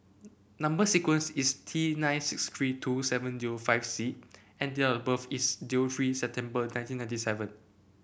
number sequence is T nine six three two seven zero five C and date of birth is three September nineteen ninety seven